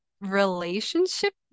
relationship